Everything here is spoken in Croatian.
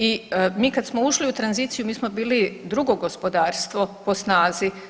I mi kad smo ušli u tranziciju mi smo bili drugo gospodarstvo po snazi.